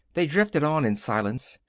they drifted on in silence.